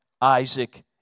Isaac